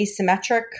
asymmetric